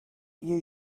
you